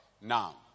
Now